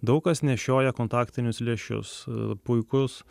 daug kas nešioja kontaktinius lęšius puikus